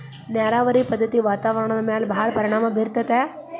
ನೇರಾವರಿ ಪದ್ದತಿ ವಾತಾವರಣದ ಮ್ಯಾಲ ಭಾಳ ಪರಿಣಾಮಾ ಬೇರತತಿ